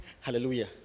Hallelujah